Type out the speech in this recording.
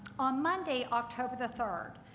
on monday, october the third,